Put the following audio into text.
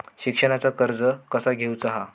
शिक्षणाचा कर्ज कसा घेऊचा हा?